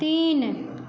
तीन